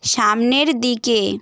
সামনের দিকে